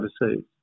overseas